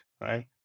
right